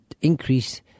increase